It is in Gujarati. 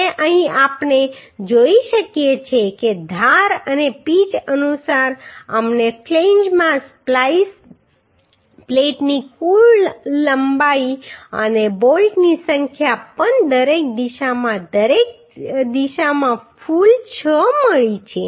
તો અહીં આપણે જોઈ શકીએ છીએ કે ધાર અને પીચ અનુસાર અમને ફ્લેંજમાં સ્પ્લાઈસ પ્લેટની કુલ લંબાઈ અને બોલ્ટની સંખ્યા પણ દરેક દિશામાં દરેક દિશામાં કુલ 6 મળી છે